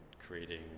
creating